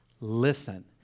listen